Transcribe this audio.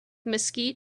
mesquite